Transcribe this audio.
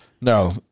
No